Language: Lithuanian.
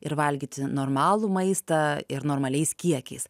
ir valgyti normalų maistą ir normaliais kiekiais